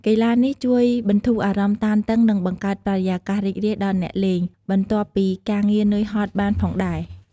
កីឡានេះជួយបន្ធូរអារម្មណ៍តានតឹង និងបង្កើតបរិយាកាសរីករាយដល់អ្នកលេង បន្ទាប់ពីការងារនឿយហត់បានផងដែរ។